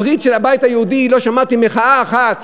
הברית של הבית היהודי, לא שמעתי מחאה אחת,